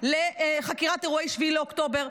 לחקירת אירועי 7 באוקטובר,